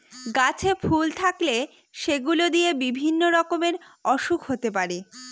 গাছে ফুল থাকলে সেগুলো দিয়ে বিভিন্ন রকমের ওসুখ হতে পারে